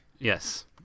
yes